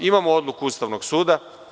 Imamo odluku Ustavnog suda.